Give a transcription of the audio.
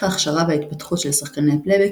בתהליך ההכשרה וההתפתחות של שחקני הפלייבק